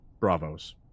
Bravos